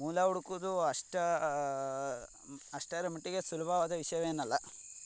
ಮೂಲ ಹುಡ್ಕೋದು ಅಷ್ಟು ಅಷ್ಟರ ಮಟ್ಟಿಗೆ ಸುಲಭವಾದ ವಿಷಯವೇನಲ್ಲ